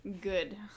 good